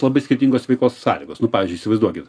labai skirtingos veiklos sąlygos nu pavyzdžiui įsivaizduokit